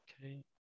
okay